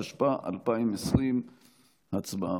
התשפ"א 2020. הצבעה.